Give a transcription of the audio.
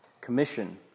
commission